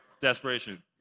desperation